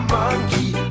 monkey